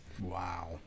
Wow